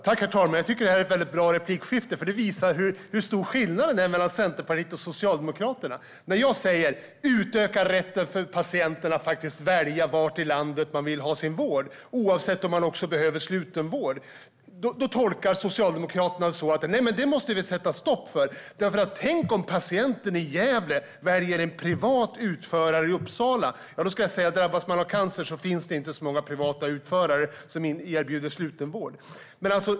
Herr talman! Jag tycker att det här är ett väldigt bra replikskifte. Det visar hur stor skillnad det är mellan Centerpartiet och Socialdemokraterna. Jag säger: Utöka rätten för patienterna att välja var i landet de vill ha sin vård, oavsett om man behöver slutenvård! Då tolkar Socialdemokraterna det så att det måste man sätta stopp för. Tänk om patienten i Gävle väljer en privat utförare i Uppsala! Men drabbas man av cancer finns det inte så många privata utförare som erbjuder slutenvård.